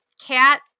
cat